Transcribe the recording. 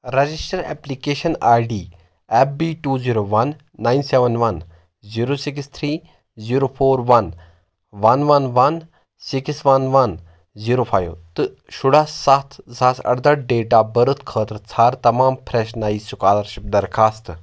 registered application I D F B two zero one nine seven one zero six three zero four one one one one six one one zero five تہٕ شره ستھ زٕ ساس ارده date of birth خٲطرٕ ژھانڈ تمام fresh نٔے سُکالرشپ درخاستہٕ